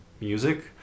music